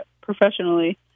professionally